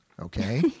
okay